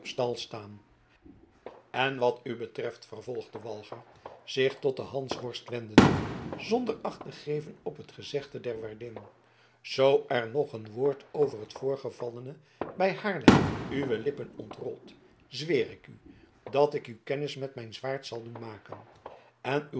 stal staan en wat u betreft vervolgde walger zich tot den hansworst wendende zonder acht te geven op het gezegde der waardin zoo er nog een woord over het voorgevallene bij haarlem uwe lippen ontrolt zweer ik u dat ik u kennis met mijn zwaard zal doen maken en